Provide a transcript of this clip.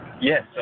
yes